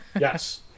yes